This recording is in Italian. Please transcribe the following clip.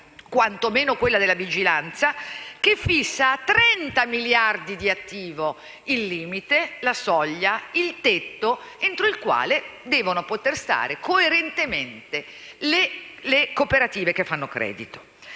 quantomeno, quella della vigilanza, che fissa a 30 miliardi di attivo il tetto entro il quale devono poter stare coerentemente le cooperative che fanno credito.